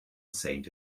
saint